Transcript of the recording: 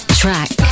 track